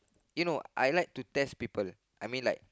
you know I like to test people I mean like